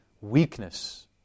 weakness